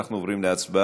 אנחנו עוברים להצבעה,